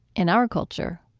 in our culture,